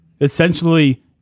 Essentially